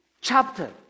chapter